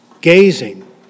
gazing